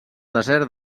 desert